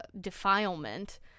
defilement